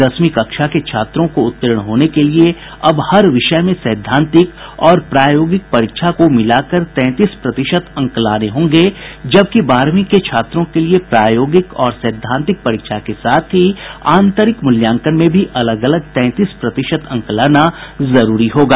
दसवीं कक्षा के छात्रों को उत्तीर्ण होने के लिए अब हर विषय में सैद्धांतिक और प्रायोगिक परीक्षा को मिलाकर तैंतीस प्रतिशत अंक लाने होंगे जबकि बारहवीं के छात्रों के लिए प्रायोगिक और सैद्धांतिक परीक्षा के साथ ही आंतरिक मूल्यांकन में भी अलग अलग तैंतीस प्रतिशत अंक लाना जरूरी होगा